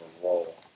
roll